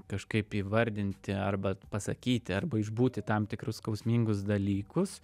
kažkaip įvardinti arba pasakyti arba išbūti tam tikrus skausmingus dalykus